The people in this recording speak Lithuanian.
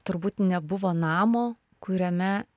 turbūt nebuvo namo kuriame